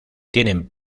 tienen